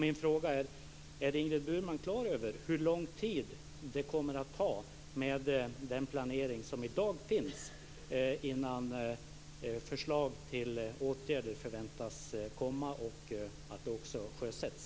Min fråga är om Ingrid Burman är klar över hur lång tid det med den planering som finns i dag kommer att ta innan förslag till åtgärder väntas komma och kan sjösättas.